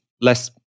less